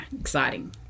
exciting